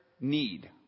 need